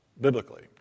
biblically